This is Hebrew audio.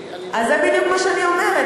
אני, אז זה בדיוק מה שאני אומרת.